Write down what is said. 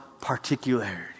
particularity